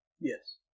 Yes